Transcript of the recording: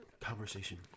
Conversation